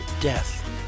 death